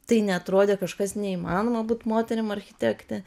tai neatrodė kažkas neįmanoma būt moterim architekte